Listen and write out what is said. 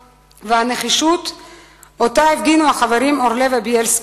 ולנחישות שהפגינו החברים אורלב ובילסקי.